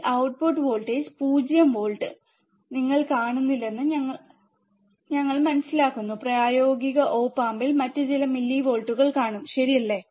ഈ output voltage 0 volt ഞങ്ങൾ കാണില്ലെന്ന് ഞങ്ങൾ മനസ്സിലാക്കുന്നു പ്രായോഗിക ഓപ് ആമ്പിൽ ഞങ്ങൾ ചില മില്ലിവോൾട്ടുകൾ കാണും ശരിയല്ലേ